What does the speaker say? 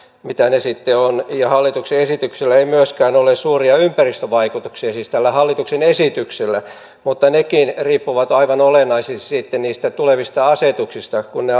mitä ne sitten ovat hallituksen esityksellä ei myöskään ole suuria ympäristövaikutuksia siis tällä hallituksen esityksellä mutta nekin riippuvat aivan olennaisesti sitten niistä tulevista asetuksista kun ne